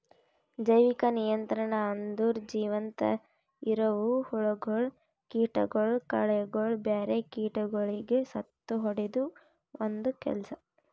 ಜೈವಿಕ ನಿಯಂತ್ರಣ ಅಂದುರ್ ಜೀವಂತ ಇರವು ಹುಳಗೊಳ್, ಕೀಟಗೊಳ್, ಕಳೆಗೊಳ್, ಬ್ಯಾರೆ ಕೀಟಗೊಳಿಗ್ ಸತ್ತುಹೊಡೆದು ಒಂದ್ ಕೆಲಸ